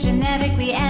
genetically